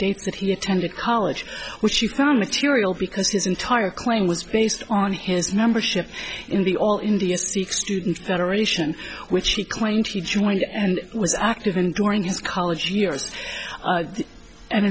dates that he attended college which she found material because his entire claim was based on his membership in the all india speech student federation which he claimed he joined and was active in during his college years and